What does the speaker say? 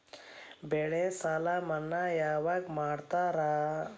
ಬೆಳೆ ಸಾಲ ಮನ್ನಾ ಯಾವಾಗ್ ಮಾಡ್ತಾರಾ?